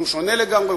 שהוא שונה לגמרי,